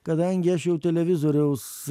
kadangi aš jau televizoriaus